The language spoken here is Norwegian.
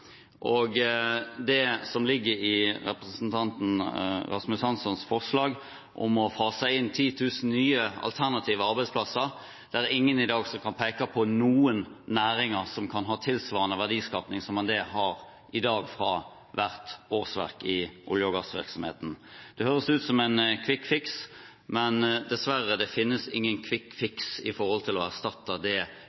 gjelder det som ligger i representanten Rasmus Hanssons forslag om å fase inn 10 000 nye alternative arbeidsplasser: Det er ingen i dag som kan peke på noen næringer som kan ha tilsvarende verdiskapning som det man i dag har fra hvert årsverk i olje- og gassvirksomheten. Det høres ut som en «quick fix», men dessverre: Det finnes ingen